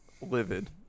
livid